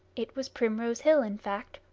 it was primrose hill, in fact,